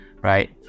right